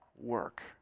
work